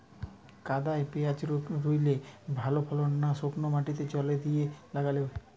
কাদায় পেঁয়াজ রুইলে ভালো ফলন না শুক্নো মাটিতে জল দিয়ে লাগালে?